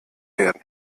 werden